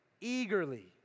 eagerly